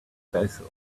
basil